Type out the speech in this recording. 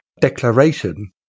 declaration